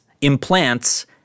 implants